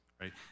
right